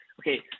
okay